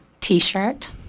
t-shirt